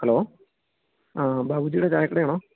hello ആ ബാബുജിയുടെ ചായക്കടയാണോ